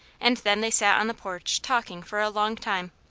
and then they sat on the porch talking for a long time.